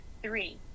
three